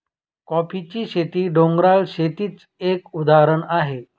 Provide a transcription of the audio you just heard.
कॉफीची शेती, डोंगराळ शेतीच एक उदाहरण आहे